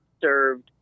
served